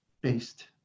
based